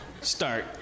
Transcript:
start